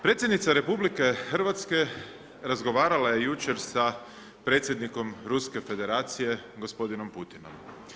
Predsjednica RH razgovarala je jučer sa predsjednikom Ruske Federacije, gospodinom Putinom.